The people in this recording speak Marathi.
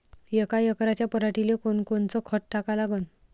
यका एकराच्या पराटीले कोनकोनचं खत टाका लागन?